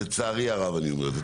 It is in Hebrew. לצערי הרבה אני אומר זאת.